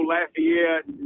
Lafayette